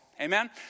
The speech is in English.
Amen